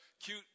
cute